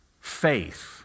faith